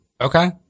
Okay